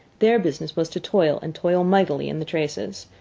their business was to toil, and toil mightily, in the traces.